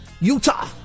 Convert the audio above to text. Utah